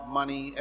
money